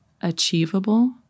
achievable